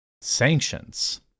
Sanctions